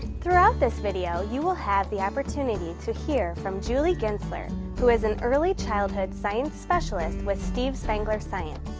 throughout this video, you will have the opportunity to hear from julie gintzler who is an early childhood science specialist with steve spangler science.